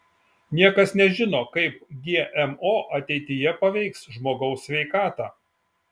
niekas nežino kaip gmo ateityje paveiks žmogaus sveikatą